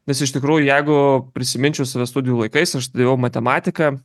nes iš tikrųjų jeigu prisiminčiau save studijų laikais aš studijavau matematiką